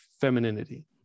femininity